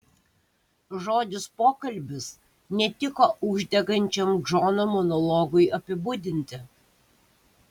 žodis pokalbis netiko uždegančiam džono monologui apibūdinti